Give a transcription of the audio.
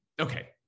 okay